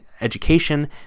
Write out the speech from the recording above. education